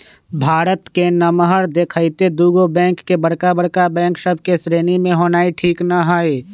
भारत के नमहर देखइते दुगो बैंक के बड़का बैंक सभ के श्रेणी में होनाइ ठीक न हइ